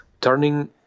turning